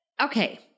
okay